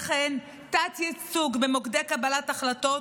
לכן תת-ייצוג במוקדי קבלת החלטות